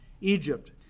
Egypt